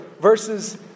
verses